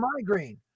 migraine